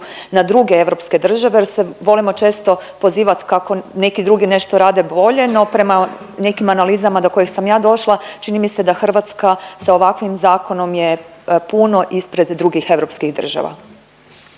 na druge europske države jer se volimo često pozivat kako neki drugi nešto rade bolje, no prema nekim analizama do kojih sam ja došla, čini mi se da Hrvatska sa ovakvim zakonom je puno ispred drugih europskih država.